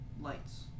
lights